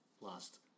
last